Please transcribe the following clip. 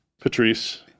Patrice